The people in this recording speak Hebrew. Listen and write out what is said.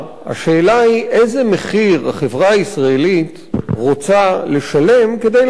השאלה היא איזה מחיר החברה הישראלית רוצה לשלם כדי להרתיע.